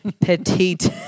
petite